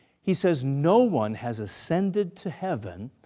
he says, no one has ascended to heaven,